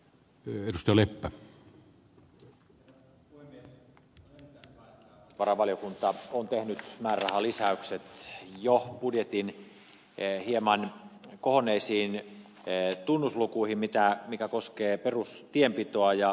on erittäin hyvä että valtiovarainvaliokunta on tehnyt määrärahalisäykset budjetin jo hieman kohonneisiin tunnuslukuihin mikä koskee perustienpitoa ja perusradanpitoa